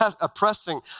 oppressing